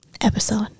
episode